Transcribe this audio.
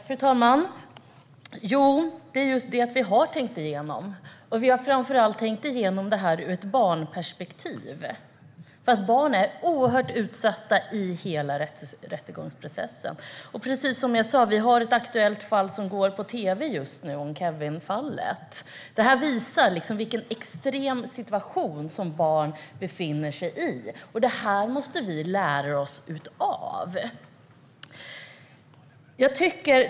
Fru talman! Jo, det är just det att vi har tänkt igenom det. Vi har framför allt tänkt igenom det här ur ett barnperspektiv, för barn är oerhört utsatta i hela rättegångsprocessen. Precis som jag sa har vi ett aktuellt fall som går på tv just nu, nämligen Kevinfallet. Detta visar vilken extrem situation som barn befinner sig i, och det här måste vi lära oss av.